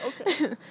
okay